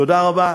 תודה רבה.